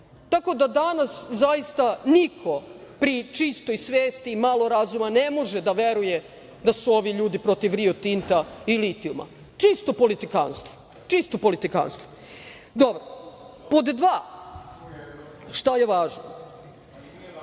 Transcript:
Tako da, danas zaista niko pri čistoj svesti i malo razuman ne može da veruje da su ovi ljudi protiv Rio Tinta i litijuma. Čisto politikanstvo. Dobro. Pod dva, šta je važno?